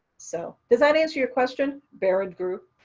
so does that answer your question, behrend group?